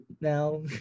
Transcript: now